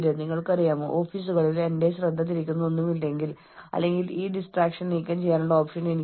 കൂടാതെ കുട്ടി അതിജീവിക്കുകയോ ഇല്ലാതിരിക്കുകയോ ചെയ്യുമെന്ന് അറിഞ്ഞുകൊണ്ട് നിങ്ങൾ എങ്ങനെ കുട്ടിയുടെ മേൽ ഓപ്പറേഷൻ ചെയ്യും